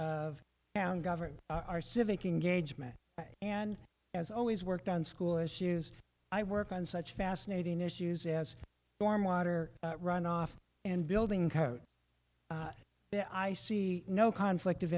of town government our civic engagement and as always worked on school issues i work on such fascinating issues as warm water runoff and building codes i see no conflict of